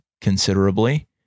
considerably